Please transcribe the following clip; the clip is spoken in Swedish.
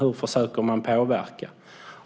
Hur försöker man påverka?